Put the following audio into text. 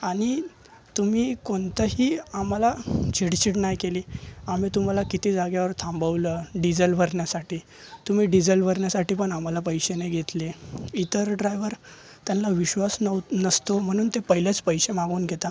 आणि तुम्ही कोणतंही आम्हाला चिडचिड नाही केली आम्ही तुम्हाला किती जागेवर थांबवलं डिझेल भरण्यासाठी तुम्ही डिझेल भरण्यासाठी पण आम्हाला पैसे नाही घेतले इतर ड्रायव्हर त्यांना विश्वास नव्ह नसतो म्हणून ते पहिलेच पैसे मागून घेतात